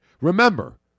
Remember